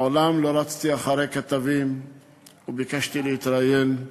מעולם לא רצתי אחרי כתבים וביקשתי להתראיין,